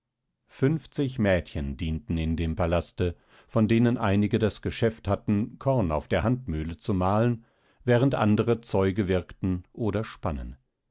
fünfzig mädchen dienten in dem palaste von denen einige das geschäft hatten korn auf der handmühle zu mahlen während andere zeuge wirkten oder spannen